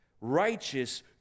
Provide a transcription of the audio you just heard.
Righteous